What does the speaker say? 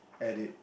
edit